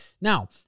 Now